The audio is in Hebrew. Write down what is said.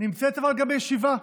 נמצאת גם ישיבה,